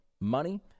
money